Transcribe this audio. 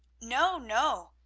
no, no,